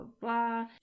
blah